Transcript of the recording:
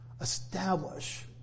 Establish